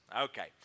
Okay